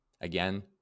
Again